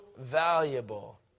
valuable